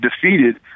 defeated